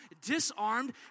Disarmed